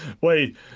Wait